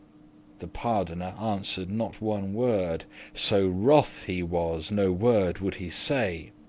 the pardoner answered not one word so wroth he was, no worde would he say.